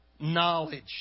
knowledge